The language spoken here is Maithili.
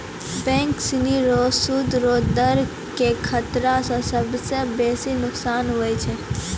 बैंक सिनी रो सूद रो दर के खतरा स सबसं बेसी नोकसान होय छै